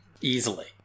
easily